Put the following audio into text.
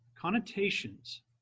connotations